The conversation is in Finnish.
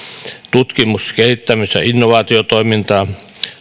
tutkimus kehittämis ja innovaatiotoiminta